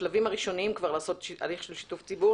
בשלבים הראשונים לעשות הליך של שיתוף הציבור.